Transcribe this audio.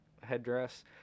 headdress